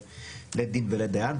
ולית דין ולית דיין.